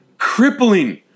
crippling